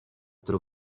tro